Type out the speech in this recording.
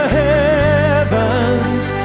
heavens